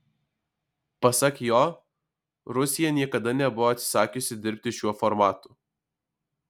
pasak jo rusija niekada nebuvo atsisakiusi dirbti šiuo formatu